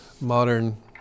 modern